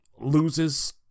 loses